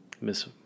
Miss